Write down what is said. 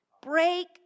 Break